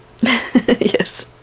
yes